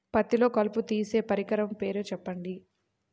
పత్తిలో కలుపు తీసే పరికరము పేరు చెప్పండి